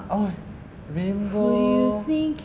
oh rainbow